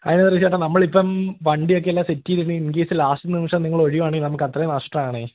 അതെന്താണെന്നുവെച്ചാല് ചേട്ടാ നമ്മളിപ്പം വണ്ടിയൊക്കെ എല്ലാം സെറ്റ് ചെയ്ത് ഇൻ കേസ് ലാസ്റ്റ് നിമിഷം നിങ്ങളൊഴിയുകയാണെങ്കില് നമുക്കത്രയും നഷ്ടമാണ്